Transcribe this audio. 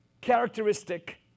characteristic